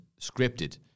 scripted